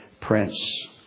Prince